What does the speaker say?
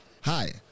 Hi